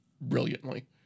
brilliantly